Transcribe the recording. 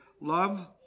love